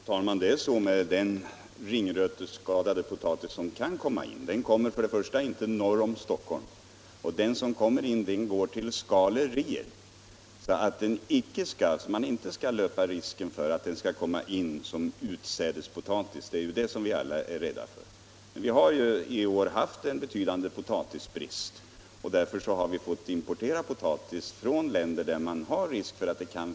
Fru talman! Det är så att den ringröteskadade potatis som kan importeras för det första inte kommer norr om Stockholm och för det andra går den potatisen till skalerier just därför att man inte skall löpa risken att den skall kunna användas som utsädespotatis — det är ju det som vi alla är rädda för. Vi har i år haft en betydande potatisbrist. Därför har vi måst importera potatis från länder där det finns risk för ringröteskada.